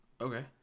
Okay